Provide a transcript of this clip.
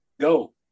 go